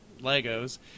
Legos